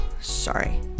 Sorry